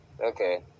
Okay